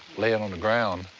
like and on the ground,